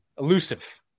Elusive